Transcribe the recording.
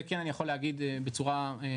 זה כן אני יכול להגיד בצורה מוחלטת,